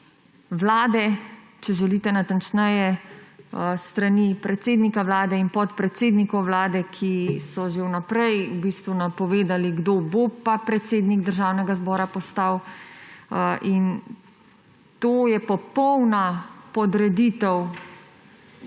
Vlade, če želite natančneje, s strani predsednika Vlade in podpredsednikov Vlade, ki so že vnaprej v bistvu napovedali, kdo bo postal predsednik Državnega zbora. In to je popolna podreditev